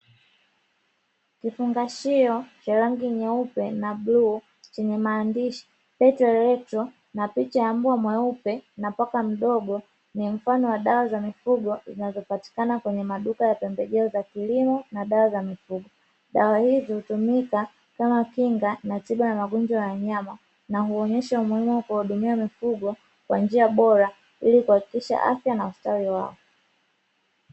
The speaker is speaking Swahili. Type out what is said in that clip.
Vifungashio vya rangi nyeupe na bluu chenye maandishi PetElectro na picha ya mbwa mweupe na paka mdogo, ni mfano wa dawa za mifugo zinazopatikana kwenye maduka ya pembejeo za kilimo na dawa za mifugo. Dawa hizi hutumika kama kinga na tiba ya magonjwa ya wanyama na huonyesha umuhimu wa kuwahudumia mifugo kwa njia bora ili kuhakikisha afya na ustawi wao.